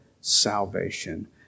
salvation